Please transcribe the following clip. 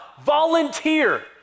Volunteer